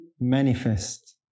manifest